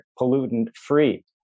pollutant-free